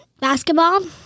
Basketball